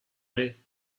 aller